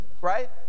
right